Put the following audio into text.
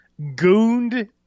Goond